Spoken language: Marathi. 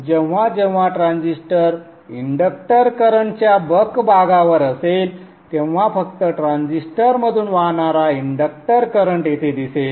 जेव्हा जेव्हा ट्रान्झिस्टर इंडक्टर करंटच्या बक भागावर असेल तेव्हा फक्त ट्रांझिस्टरमधून वाहणारा इंडक्टर करंट येथे दिसेल